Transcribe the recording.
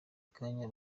kanya